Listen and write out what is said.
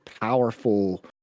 powerful